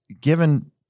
given